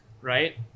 right